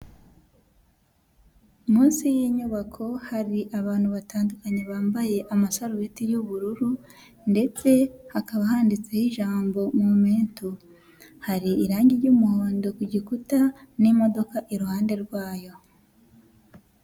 Munsi y'inyubako hari abantu batandukanye bambaye amasarubeti y'ubururu, ndetse hakaba handitseho ijambo momento, hari irangi ry'umuhondo ku gikuta n'imodoka iruhande rwayo.